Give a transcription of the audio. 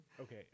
Okay